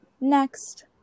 Next